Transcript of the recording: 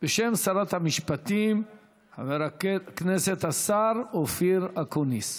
בשם שרת המשפטים חבר הכנסת השר אופיר אקוניס.